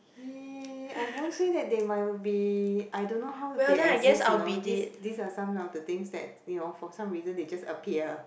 I won't say that they might be I don't know how they exists you know these these are some of the things that for some reason they just appear